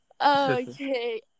okay